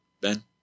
Ben